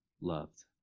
loved